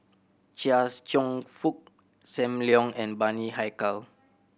Chia's Cheong Fook Sam Leong and Bani Haykal